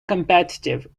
competitive